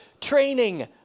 training